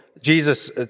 Jesus